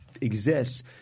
exists